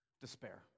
despair